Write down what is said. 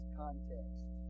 context